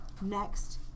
Next